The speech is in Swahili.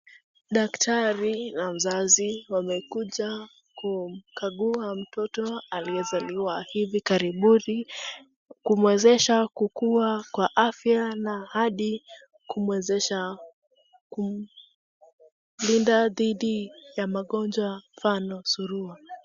Daktari na mzazi wamekuja kukagua mtoto aliyezaliwa hivi karibuni, kumwezesha kukua kwa afya na hadi, kumwezesha kumlinda dhidi ya magonjwa mfano surua.